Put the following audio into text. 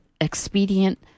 expedient